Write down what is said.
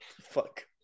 Fuck